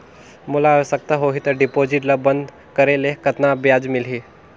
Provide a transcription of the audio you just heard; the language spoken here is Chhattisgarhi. मोला आवश्यकता होही त डिपॉजिट ल बंद करे ले कतना ब्याज मिलही?